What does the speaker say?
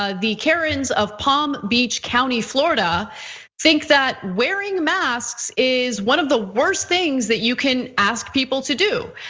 ah the karen's of palm beach county florida think that wearing masks is one of the worst things that you can ask people to do.